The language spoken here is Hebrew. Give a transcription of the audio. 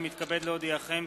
אני מתכבד להודיעכם,